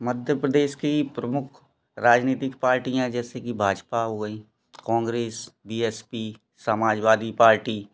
मध्य प्रदेश की प्रमुख राजनीतिक पार्टियाँ जैसे कि भाजपा हो गई Congress B S P Samajwadi party